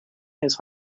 his